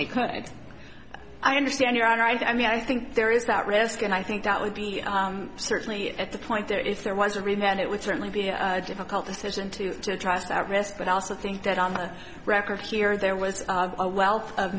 striking could i understand your honor i mean i think there is that risk and i think that would be certainly at the point if there was a reason and it would certainly be a difficult decision to trust at risk but i also think that on the record here there was a wealth of